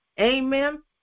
Amen